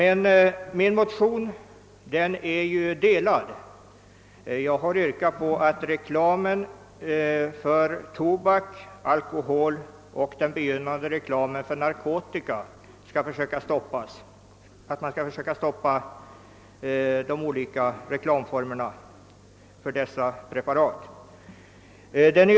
I min motion har jag även yrkat att man skall försöka stoppa reklamen för tobak och alkohol samt de olika for merna för begynnande narkotikareklam.